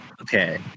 Okay